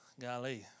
Golly